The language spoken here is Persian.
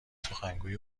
سخنگوی